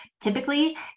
Typically